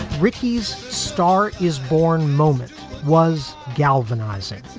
ricky's star is born moment was galvanizing,